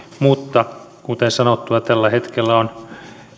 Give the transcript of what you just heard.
mutta kuten sanottua tällä hetkellä on